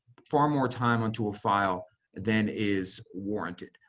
far more time onto a file than is warranted.